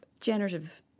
generative